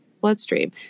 bloodstream